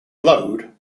load